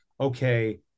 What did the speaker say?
okay